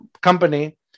company